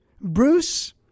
Bruce